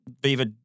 Beaver